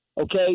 okay